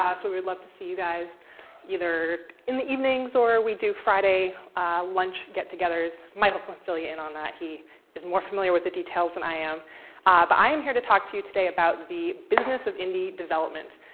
so we'd love to see you guys either in the evenings, or we do friday lunch get-togethers. michael can fill you in on that. he is more familiar with the details than i am. but i am here to talk to you today about the business of indie development.